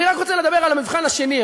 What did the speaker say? אני רק רוצה לדבר על המבחן השני,